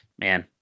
man